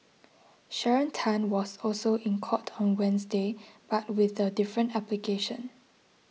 Sharon Tan was also in court on Wednesday but with a different application